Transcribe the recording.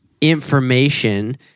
information